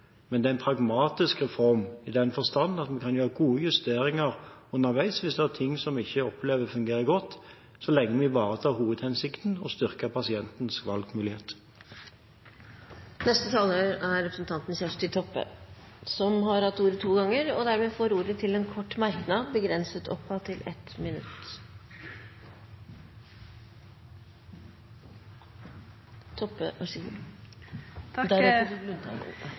men det er en pragmatisk reform i den forstand at en kan gjøre gode justeringer underveis hvis det er ting som en opplever ikke fungerer godt, så lenge vi ivaretar hovedhensikten, å styrke pasientens valgmulighet. Representanten Kjersti Toppe har hatt ordet to ganger tidligere og får ordet til en kort merknad, begrenset til 1 minutt.